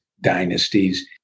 dynasties